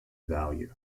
value